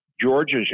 George's